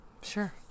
Sure